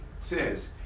says